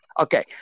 Okay